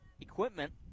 equipment